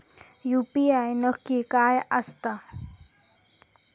UPI नक्की काय आसता?